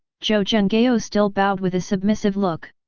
zhou zhenghao still bowed with a submissive look.